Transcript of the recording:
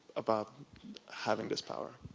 about having this power.